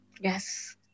Yes